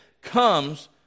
comes